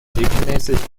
regelmäßig